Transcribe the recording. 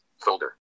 Folder